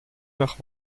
nach